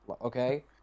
okay